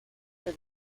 for